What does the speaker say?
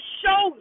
show